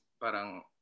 parang